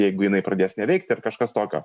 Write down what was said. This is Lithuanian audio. jeigu jinai pradės neveikt ir kažkas tokio